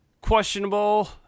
questionable